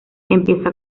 empieza